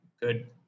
Good